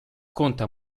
conta